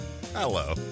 Hello